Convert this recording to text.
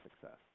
success